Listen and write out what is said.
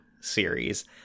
series